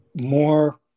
more